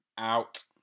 out